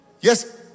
Yes